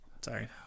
sorry